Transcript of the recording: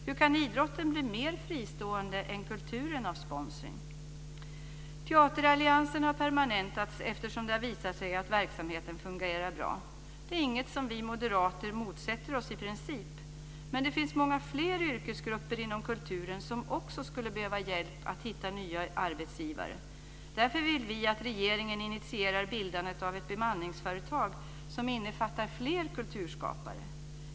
Hur kan idrotten bli mer fristående än kulturen av sponsring? Teateralliansen har permanentats, eftersom det har visat sig att verksamheten fungerar bra. Det är inget som vi moderater motsätter oss i princip, men det finns många fler yrkesgrupper inom kulturen som också skulle behöva hjälp med att hitta nya arbetsgivare. Därför vill vi att regeringen initierar bildandet av ett bemanningsföretag som innefattar fler kulturskapare.